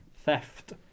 Theft